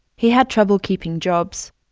he had trouble keeping jobs.